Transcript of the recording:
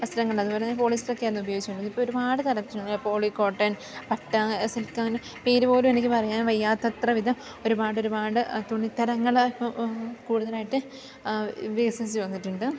വസ്ത്രങ്ങള് അതുപോലെ തന്നെ പോളിസ്ട്രൊക്കെയാണ് ഉപയോഗിച്ചുകൊണ്ടിരുന്നത് ഇപ്പോള് ഒരുപാട് കളക്ഷനുണ്ട് പോളി കോട്ടൻ പട്ട് സിൽക്ക് അങ്ങനെ പേര് പോലും എനിക്ക് പറയാൻ വയ്യാത്തത്ര വിധം ഒരുപാടൊരുപാട് തുണിത്തരങ്ങള് കൂടുതലായിട്ട് വന്നിട്ടുണ്ട്